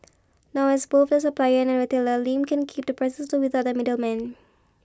now as both the supplier and retailer Lim can keep the prices low without the middleman